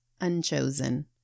unchosen